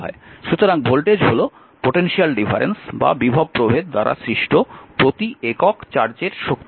সুতরাং ভোল্টেজ হল বিভব প্রভেদ দ্বারা সৃষ্ট প্রতি একক চার্জের শক্তি